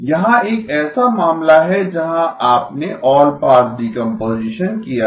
यहां एक ऐसा मामला है जहां आपने ऑलपास डीकम्पोजीशन किया था